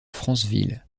franceville